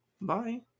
Bye